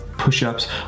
push-ups